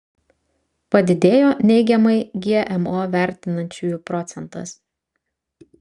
padidėjo neigiamai gmo vertinančiųjų procentas